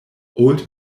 old